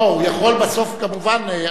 הוא יכול כמובן בסוף.